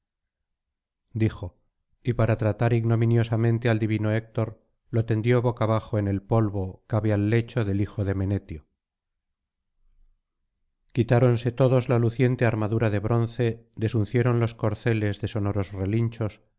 dijo y para tratar ignominiosamente al divino héctor lo tendió boca abajo en el polvo cabe al lecho del hijo de menetio quitáronse todos la luciente armadura de bronce desuncieron los corceles de sonoros relinchos